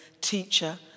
teacher